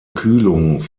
kühlung